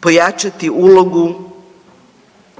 pojačati ulogu